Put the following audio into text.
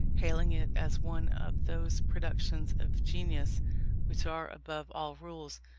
hailing it as one of those productions of genius which are above all rules,